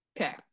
Okay